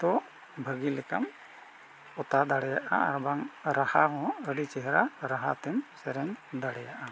ᱛᱚ ᱵᱷᱟᱹᱜᱤ ᱞᱮᱠᱟᱢ ᱯᱚᱛᱟᱣ ᱫᱟᱲᱮᱭᱟᱜᱼᱟ ᱟᱨ ᱵᱟᱝ ᱨᱟᱦᱟ ᱦᱚᱸ ᱟᱹᱰᱤ ᱪᱮᱦᱨᱟ ᱨᱟᱦᱟ ᱛᱮᱢ ᱥᱮᱨᱮᱧ ᱫᱟᱲᱮᱭᱟᱜᱼᱟ